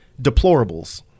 deplorables